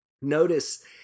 Notice